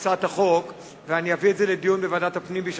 הצעת החוק ואביא את הנושא לדיון בוועדת הפנים.